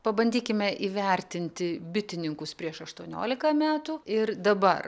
pabandykime įvertinti bitininkus prieš aštuoniolika metų ir dabar